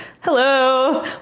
Hello